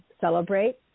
celebrate